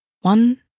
One